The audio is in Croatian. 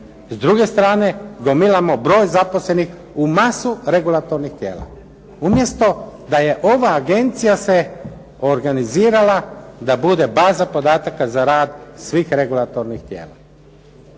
S druge strane gomilamo broj zaposlenih u masu regulatornih tijela. Umjesto da je ova agencija se organizirala da bude baza podataka za rad svih regulatornih tijela.